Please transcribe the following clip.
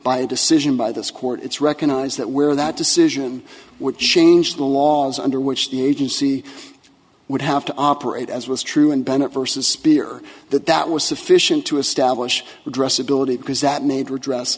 by a decision by this court it's recognized that where that decision would change the laws under which the agency would have to operate as was true in bennett versus speer that that was sufficient to establish addressability